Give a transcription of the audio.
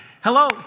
Hello